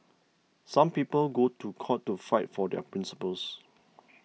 some people go to court to fight for their principles